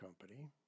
company